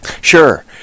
Sure